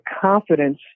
confidence